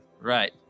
Right